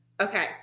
Okay